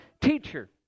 teacher